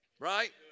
Right